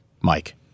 Mike